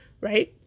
right